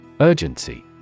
Urgency